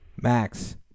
Max